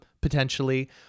potentially